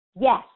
Yes